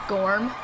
Gorm